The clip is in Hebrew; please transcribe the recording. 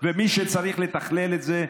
מי שצריך לתכלל את זה,